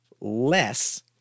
less